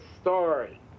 story